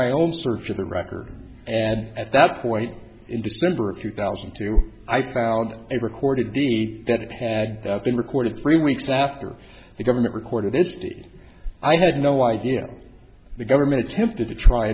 my own search of the record and at that point in december of two thousand and two i found a recorded deed that it had been recorded three weeks after the government record of h t i had no idea the government attempted to try